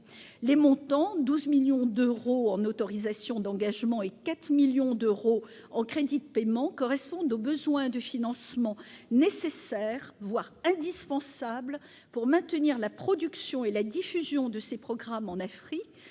Les montants, 12 millions d'euros en autorisations d'engagement et 4 millions d'euros en crédits de paiement, correspondent au besoin de financement nécessaire, voire indispensable, pour maintenir la production et la diffusion de ces programmes en Afrique,